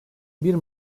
bir